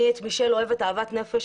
אני אוהבת את מישל אהבת נפש.